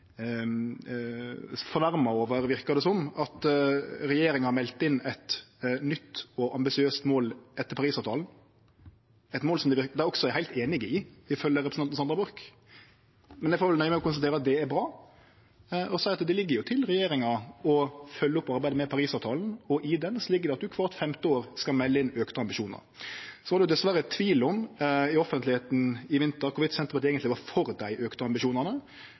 fornærma over, verkar det som, at regjeringa har meldt inn eit nytt og ambisiøst mål etter Parisavtalen, eit mål som dei også er heilt einig i, ifølgje representanten Sandra Borch. Men eg får vel nøye meg med å konstatere at det er bra, og seie at det ligg jo til regjeringa å følgje opp arbeidet med Parisavtalen, og i den ligg det at ein kvart femte år skal melde inn auka ambisjonar. Så var det dessverre tvil om i offentlegheita i vinter om Senterpartiet eigentleg var for dei auka ambisjonane,